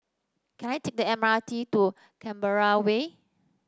can I take the M R T to Canberra Way